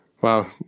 Wow